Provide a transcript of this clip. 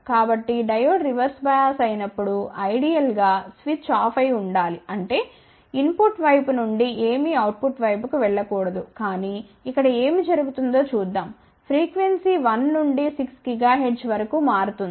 కాబట్టి diode reverse bias అయినప్పుడు ideal గా స్విచ్ ఆఫ్ అయి ఉండాలి అంటే ఇన్ పుట్ వైపు నుండి ఏమీ అవుట్ పుట్ వైపుకు వెళ్ళ కూడదు కానీ ఇక్కడ ఏమి జరుగుతుందో చూద్దాం ఫ్రీక్వెన్సీ 1 నుండి 6 GHz వరకు మారుతుంది